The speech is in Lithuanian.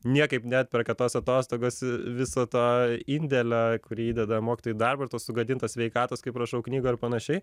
niekaip neatperka tos atostogos viso to indėlio kurį įdeda mokytojai į darbą ir tos sugadintos sveikatos kaip rašau knygoj ir panašiai